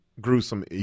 Gruesome